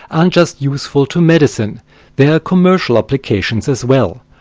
aren't just useful to medicine there are commercial applications as well.